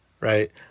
right